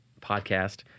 podcast